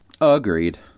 Agreed